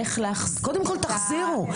קודם כל תחזירו.